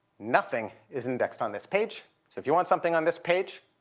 nothing is indexed on this page. so if you want something on this page,